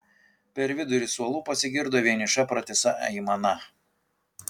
per vidurį suolų pasigirdo vieniša pratisa aimana